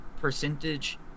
percentage